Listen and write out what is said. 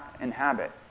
inhabit